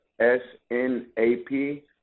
S-N-A-P